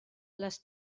les